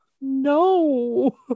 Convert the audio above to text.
No